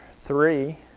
three